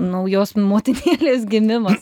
naujos motinėlės gimimas